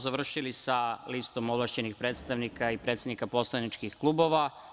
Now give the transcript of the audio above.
Završili smo sa listom ovlašćenih predstavnika i predsednika poslaničkih klubova.